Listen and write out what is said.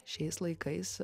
šiais laikais